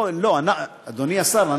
לא, לא, אדוני השר.